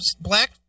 black